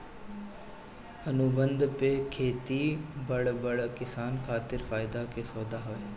अनुबंध पे खेती बड़ बड़ किसान खातिर फायदा के सौदा हवे